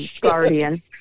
guardian